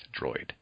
Droid